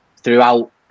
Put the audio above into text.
throughout